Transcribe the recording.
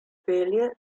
pelje